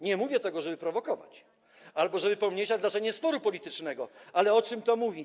Nie mówię tego, żeby prowokować albo żeby pomniejszać znaczenie sporu politycznego, ale o czym to świadczy?